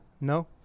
No